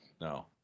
No